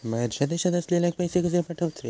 बाहेरच्या देशात असलेल्याक पैसे कसे पाठवचे?